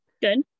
Good